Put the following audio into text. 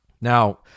now